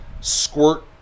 squirt